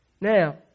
Now